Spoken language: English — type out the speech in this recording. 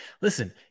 Listen